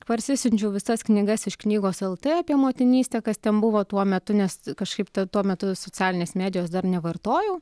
parsisiunčiau visas knygas iš knygos lt apie motinystę kas ten buvo tuo metu nes kažkaip tuo metu socialinės medijos dar nevartojau